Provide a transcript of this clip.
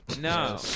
No